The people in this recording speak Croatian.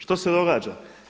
Što se događa?